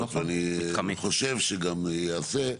ואני חושב שגם ייעשה,